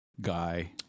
Guy